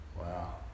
Wow